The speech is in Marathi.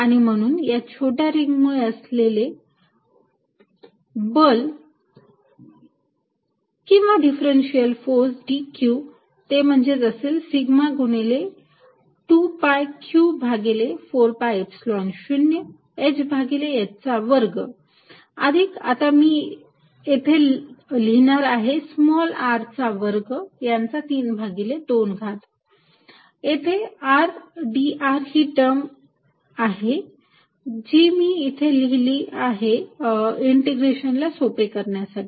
आणि म्हणून या छोट्या रिंग मुळे असलेले बल किंवा डिफरेन्सीअल फोर्स dQ ते म्हणजेच असेल सिग्मा गुणिले 2 पाय Q भागिले 4 pi Epsilon 0 h भागिले h चा वर्ग अधिक आता मी इथे लिहिणार आहे स्मॉल r चा वर्ग यांचा 32 घात आणि येथे r dr ही टर्म आहे जी मी इथे लिहिली आहे या इंटिग्रेशन ला सोपे करण्यासाठी